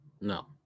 No